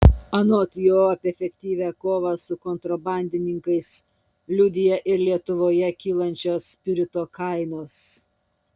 anot jo apie efektyvią kovą su kontrabandininkais liudija ir lietuvoje kylančios spirito kainos